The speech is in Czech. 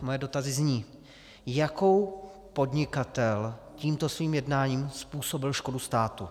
Moje dotazy zní: Jakou podnikatel tímto svým jednáním způsobil škodu státu?